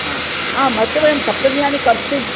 हा आम् अत्र वयं सप्तदिनानि कर्तुं